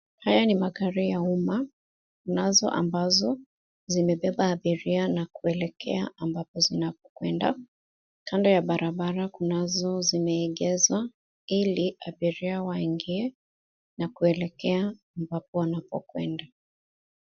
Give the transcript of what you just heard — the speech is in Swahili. Haya ni magari ya umma nazo ambazo zimebeba abiria na kuelekea ambapo zinakwenda. Kando ya barabara kunazo zimegezwa ili abiria waingie na kuelekea ambapo wanapokwenda.